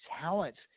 talents